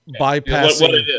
bypassing